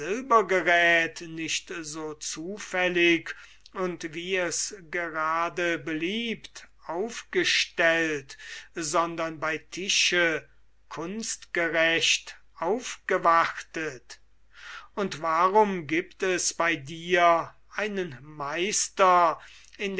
silbergeräth nicht so zufällig und wie es gerade beliebt aufgestellt sondern kunstgerecht aufgewartet und warum gibt es einen meister